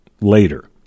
later